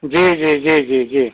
जी जी जी जी जी